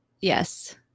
Yes